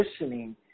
listening